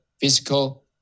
physical